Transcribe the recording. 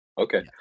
okay